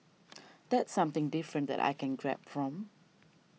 that's something different that I can grab from